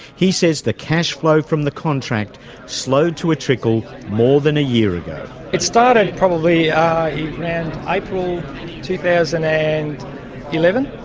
he says the cash flow from the contract slowed to a trickle more than a year ago. it started probably around april two thousand and eleven,